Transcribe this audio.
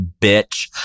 bitch